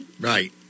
right